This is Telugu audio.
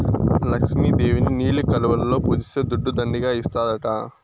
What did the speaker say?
లక్ష్మి దేవిని నీలి కలువలలో పూజిస్తే దుడ్డు దండిగా ఇస్తాడట